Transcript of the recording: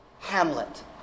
Hamlet